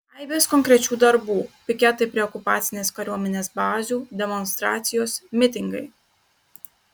aibės konkrečių darbų piketai prie okupacinės kariuomenės bazių demonstracijos mitingai